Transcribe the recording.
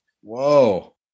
Whoa